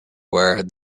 where